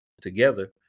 together